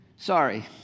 Sorry